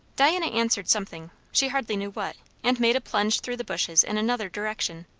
diana answered something, she hardly knew what, and made a plunge through the bushes in another direction.